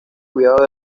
cuidado